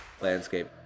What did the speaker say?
landscape